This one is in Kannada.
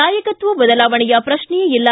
ನಾಯಕತ್ವ ಬದಲಾವಣೆಯ ಶ್ರಕ್ಷೆಯೇ ಇಲ್ಲ